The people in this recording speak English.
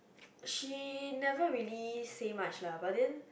she never really say much lah but then